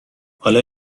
حالا